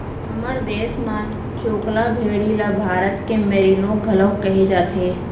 हमर देस म चोकला भेड़ी ल भारत के मेरीनो घलौक कहे जाथे